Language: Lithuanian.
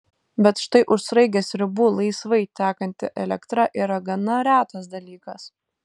bet štai už sraigės ribų laisvai tekanti elektra yra gana retas dalykas